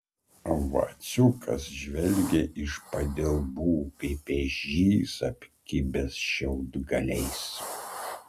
vaciukas žvelgė iš padilbų kaip ežys apkibęs šiaudgaliais